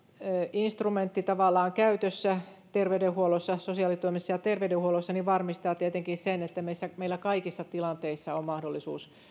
instrumentti tavallaan käytössä sosiaalitoimessa ja terveydenhuollossa varmistaa tietenkin sen että meillä kaikissa tilanteissa on mahdollisuus